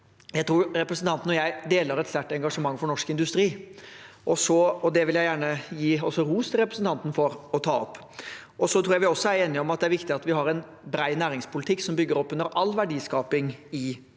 Jeg tror representanten og jeg deler et sterkt engasjement for norsk industri, og det vil jeg gjerne også gi ros til representanten for å ta opp. Jeg tror også vi er enige om at det er viktig at vi har en bred næringspolitikk som bygger opp under all verdiskaping i Norge,